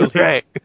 Right